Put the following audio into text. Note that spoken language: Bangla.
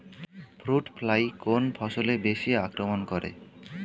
ফ্রুট ফ্লাই কোন ফসলে বেশি আক্রমন করে?